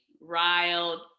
riled